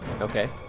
Okay